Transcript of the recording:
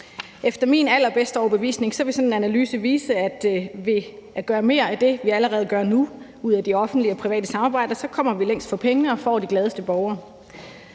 Efter min allerbedste overbevisning vil sådan en analyse vise, at ved at gøre mere af det, vi allerede gør nu i det offentlige og private samarbejde, kommer vi længst for pengene og får de gladeste borgere.